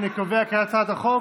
אני קובע כי הצעת החוק